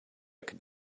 could